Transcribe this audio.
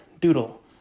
Doodle